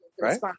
Right